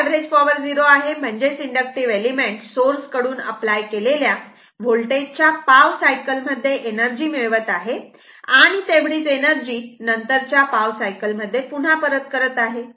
ज average power 0 आहे म्हणजेच इन्डक्टिव्ह एलिमेंट सोर्स कडून अप्लाय केलेल्या होल्टेज च्या पाव सायकल मध्ये एनर्जी मिळवत आहे आणि तेवढीच एनर्जी नंतरच्या पाव सायकल मध्ये पुन्हा परत करत आहे